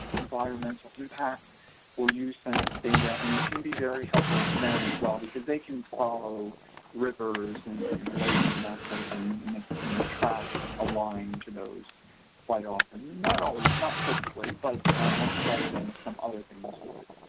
environmental impact will use census data and it can be very helpful to them as well because they can follow rivers and and lakes and that sort of thing and the and the tracts aligned to those quite often not always not perfectly but much better than some other things would.